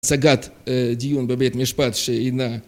השגת דיון בבית משפט שאינה